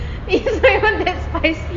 it's not even that spicy